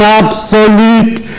absolute